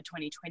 2020